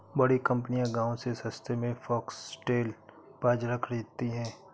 बड़ी कंपनियां गांव से सस्ते में फॉक्सटेल बाजरा खरीदती हैं